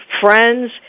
friends